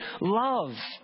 love